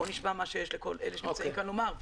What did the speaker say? בואו נשמע את מה שיש לכל אלה שנמצאים כאן לומר,